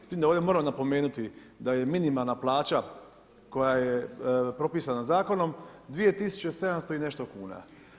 S time da ovdje moram napomenuti da je minimalna plaća koja je propisana zakonom 2700 i nešto kuna.